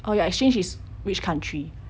oh your exchange is which country